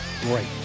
great